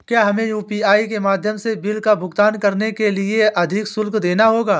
क्या हमें यू.पी.आई के माध्यम से बिल का भुगतान करने के लिए अधिक शुल्क देना होगा?